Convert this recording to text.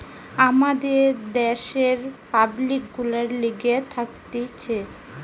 আমাদের দ্যাশের পাবলিক গুলার লিগে থাকতিছে